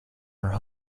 her